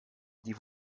die